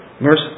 Mercy